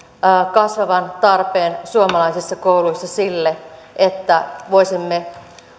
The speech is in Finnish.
kasvavan tarpeen suomalaisissa kouluissa sille että voisimme